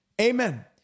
Amen